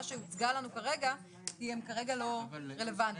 שהוצגה לנו כרגע כי הם כרגע לא רלוונטיים.